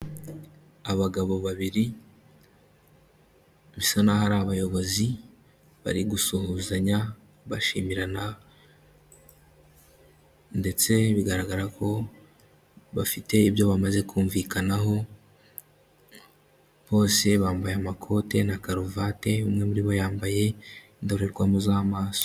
Abagabo babiri bisa naho ari abayobozi bari gusuhuzanya bashimirana ndetse bigaragara ko bafite ibyo bamaze kumvikanaho, bose bambaye amakote na karuvate, umwe muri bo yambaye indorerwamo z'amaso.